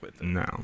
No